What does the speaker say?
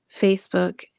Facebook